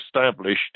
established